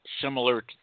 similar